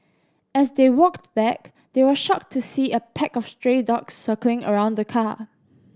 as they walked back they were shocked to see a pack of stray dogs circling around the car